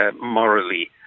morally